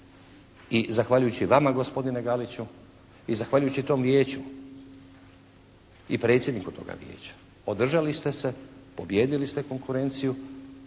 i zahvaljujući vama gospodine Galiću i zahvaljujući tom Vijeću i predsjedniku toga Vijeća. Održali ste se, pobijedili ste konkurenciju,